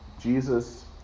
Jesus